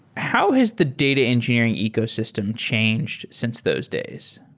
how has the data engineering ecosystem changed since those days?